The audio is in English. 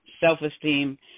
self-esteem